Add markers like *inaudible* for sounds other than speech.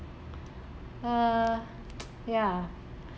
uh *noise* ya